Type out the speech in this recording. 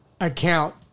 account